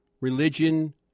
religion